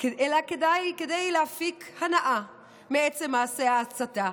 אלא כדי להפיק הנאה מעצם מעשה ההצתה.